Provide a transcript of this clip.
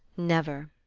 never!